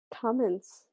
comments